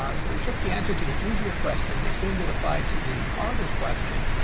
um so he took the answer to the easier question. he assumed it applied to the harder question,